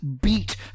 beat